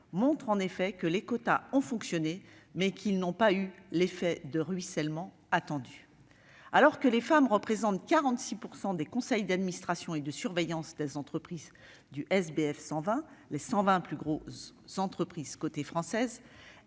montré que les quotas ont fonctionné, mais qu'ils n'ont pas eu l'effet de ruissellement attendu. Alors que les femmes représentent 46 % des membres de conseils d'administration et de surveillance des entreprises du SBF 120- les 120 plus grosses entreprises cotées françaises